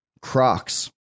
Crocs